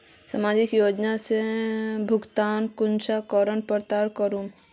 सामाजिक योजना से भुगतान कुंसम करे प्राप्त करूम?